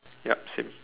yup same